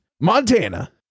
Montana